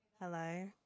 Hello